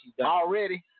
Already